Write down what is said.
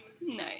Nice